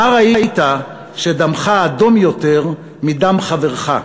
מה ראית שדמך אדום יותר מדם חבריך?"